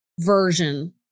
version